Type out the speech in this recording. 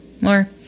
More